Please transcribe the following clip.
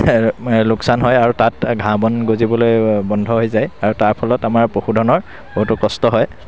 লোকচান হয় আৰু তাত ঘাঁহ বন গজিবলৈ বন্ধ হৈ যায় আৰু তাৰ ফলত আমাৰ পশুধনৰ বহুতো কষ্ট হয়